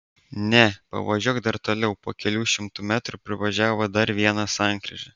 ne pavažiuok dar toliau po kelių šimtų metrų privažiavo dar vieną sankryžą